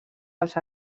pels